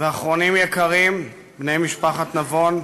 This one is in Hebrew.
ואחרונים יקרים, משפחת נבון: